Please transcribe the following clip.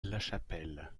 lachapelle